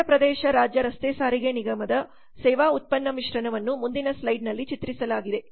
ಆಂಧ್ರಪ್ರದೇಶ ರಾಜ್ಯ ರಸ್ತೆ ಸಾರಿಗೆ ನಿಗಮದ ಸೇವಾ ಉತ್ಪನ್ನ ಮಿಶ್ರಣವನ್ನು ಮುಂದಿನ ಸ್ಲೈಡ್ನಲ್ಲಿ ಚಿತ್ರಿಸಲಾಗಿದೆ